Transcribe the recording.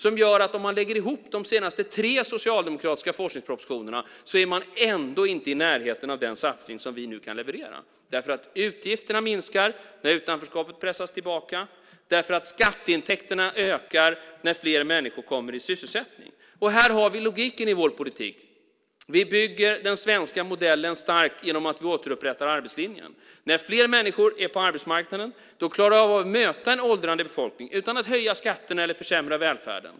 Om man lägger ihop de senaste tre socialdemokratiska forskningspropositionerna är man ändå inte i närheten av den satsning som vi nu kan leverera därför att utgifterna minskar när utanförskapet pressas tillbaka, därför att skatteintäkterna ökar när flera människor kommer i sysselsättning. Här har vi logiken i vår politik. Vi bygger den svenska modellen stark genom att återupprätta arbetslinjen. När fler människor är på arbetsmarknaden klarar vi av att möta en åldrande befolkning utan att höja skatterna eller försämra välfärden.